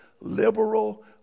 liberal